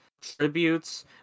tributes